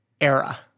era